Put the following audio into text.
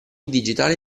digitale